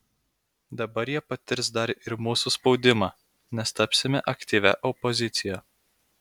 dabar jie patirs dar ir mūsų spaudimą nes tapsime aktyvia opozicija